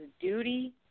duty